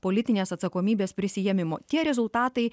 politinės atsakomybės prisiėmimų tie rezultatai